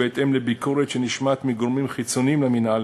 ובהתאם לביקורת שנשמעת מגורמים חיצוניים למינהל,